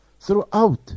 throughout